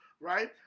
right